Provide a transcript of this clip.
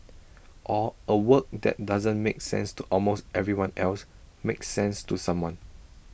or A work that doesn't make sense to almost everyone else makes sense to someone